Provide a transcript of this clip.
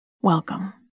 Welcome